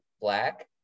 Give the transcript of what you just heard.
black